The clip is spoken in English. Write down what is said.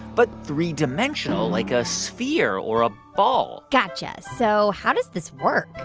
but three-dimensional, like a sphere or a ball gotcha. so how does this work?